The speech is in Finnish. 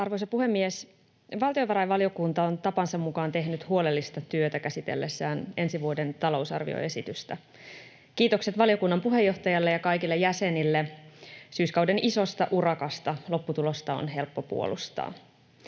Arvoisa puhemies! Valtiovarainvaliokunta on tapansa mukaan tehnyt huolellista työtä käsitellessään ensi vuoden talousarvioesitystä. Kiitokset valiokunnan puheenjohtajalle ja kaikille jäsenille syyskauden isosta urakasta. Lopputulosta on helppo puolustaa.